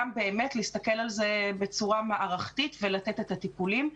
באמת להסתכל על זה בצורה מערכתית ולתת את הטיפולים.